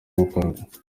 bukorwa